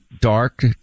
dark